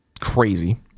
crazy